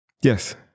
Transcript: Yes